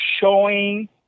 showing